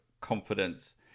confidence